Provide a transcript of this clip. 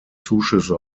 zuschüsse